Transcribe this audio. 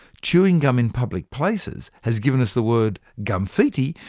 chewing gum in public places has given us the word gumfitti,